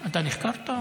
אתה נחקרת?